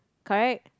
correct